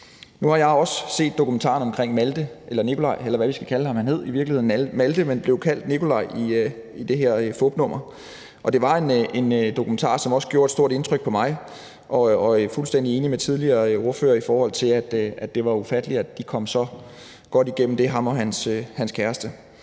Nu har jeg også set dokumentaren om Malte eller Nikolaj, eller hvad vi skal kalde ham – han hed i virkeligheden Malte, men blev kaldt Nikolaj i det her fupnummer. Det var en dokumentar, som gjorde stort indtryk på mig, og jeg er fuldstændig enig med tidligere ordførere om, at det er ufatteligt, at han og hans kæreste